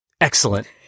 excellent